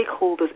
stakeholders